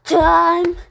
time